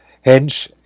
Hence